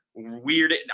Weird